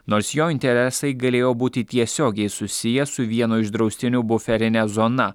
nors jo interesai galėjo būti tiesiogiai susiję su vieno iš draustinių buferine zona